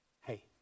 Hey